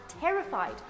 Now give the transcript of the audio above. terrified